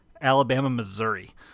Alabama-Missouri